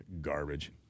Garbage